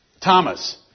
Thomas